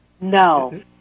No